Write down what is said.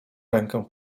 rękę